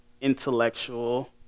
intellectual